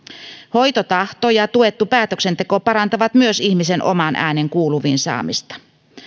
hoitotahto ja tuettu päätöksenteko parantavat myös ihmisen oman äänen kuuluviin saamista